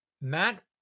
Matt